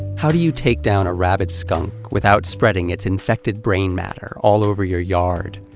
how do you take down a rabid skunk without spreading its infected brain matter all over your yard,